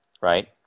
Right